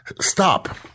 stop